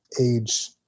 age